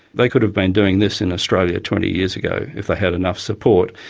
they could have been doing this in australia twenty years ago if they had enough support.